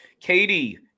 Katie